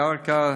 ירכא,